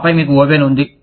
ఆపై మీకు ఓవెన్ ఉంది